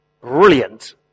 Brilliant